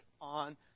on